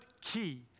key